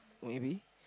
maybe